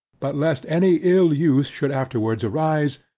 but lest any ill use should afterwards arise,